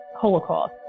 Holocaust